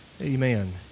Amen